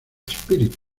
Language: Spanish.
espíritu